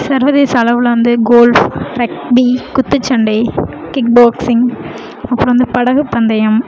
சர்வதேச அளவில் வந்து கோல்ஃப் ட்ரக்பீ குத்துச்சண்டை கிக் பாக்சிங் அப்புறம் வந்து படகுப் பந்தயம்